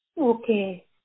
Okay